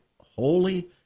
holy